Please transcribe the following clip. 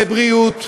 בבריאות,